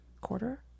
quarter